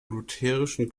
lutherischen